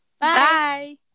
Bye